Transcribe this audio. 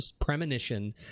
premonition